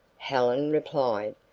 helen replied,